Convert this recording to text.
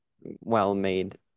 well-made